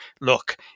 look